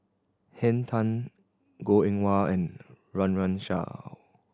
Henn Tan Goh Eng Wah and Run Run Shaw